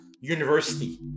University